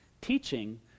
teaching